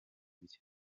byo